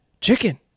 Chicken